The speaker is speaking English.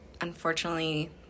unfortunately